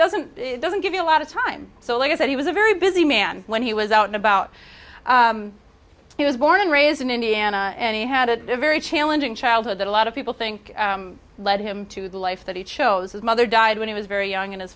doesn't it doesn't give you a lot of time so like i said he was a very busy man when he was out and about he was born and raised in indiana and he had a very challenging childhood that a lot of people think led him to the life that he chose his mother died when he was very young and his